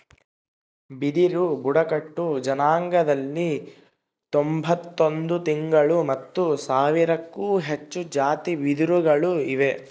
ಬಿದಿರು ಬುಡಕಟ್ಟು ಜನಾಂಗದಲ್ಲಿ ತೊಂಬತ್ತೊಂದು ತಳಿಗಳು ಮತ್ತು ಸಾವಿರಕ್ಕೂ ಹೆಚ್ಚು ಜಾತಿ ಬಿದಿರುಗಳು ಇವೆ